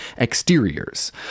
exteriors